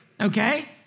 okay